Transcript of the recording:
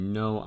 no